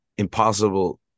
impossible